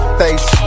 face